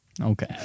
Okay